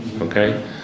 Okay